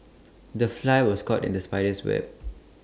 the fly was caught in the spider's web